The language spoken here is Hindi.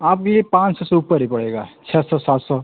आपको ये पाँच सौ से ऊपर ही पड़ेगा छः सौ सात सौ